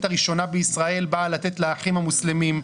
הראשונה בישראל באה לתת לאחים המוסלמים,